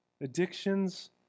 Addictions